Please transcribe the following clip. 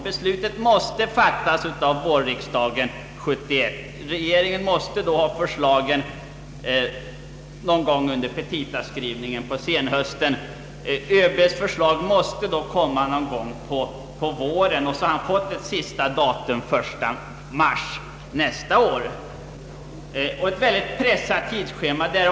Beslutet måste fattas av vårriksdagen 1972. Regeringen måste då ha förslagen någon gång under petitaskrivningen på hösten 1971. ÖB:s förslag måste då framläggas någon gång på våren, och han har som sista dag fått den 1 mars nästa år. Ett oerhört pressat tidsschema alltså.